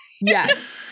yes